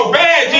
bad